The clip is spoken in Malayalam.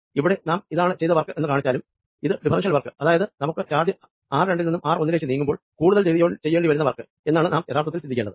ഇവിടെ നാം ഇതാണ് ചെയ്ത വർക്ക് എന്ന് കാണിച്ചാലും ഇത് ഡിഫറെൻഷ്യൽ വർക്ക് അതായത് നമുക്ക് ചാർജ് ആർ രണ്ടിൽ നിന്നും ആർ ഒന്നിലേക്ക് നീക്കുമ്പോൾ കൂടുതൽ ചെയ്യേണ്ടി വരുന്ന വർക്ക് എന്നാണ് നാം യഥാർത്ഥത്തിൽ ചിന്തിക്കേണ്ടത്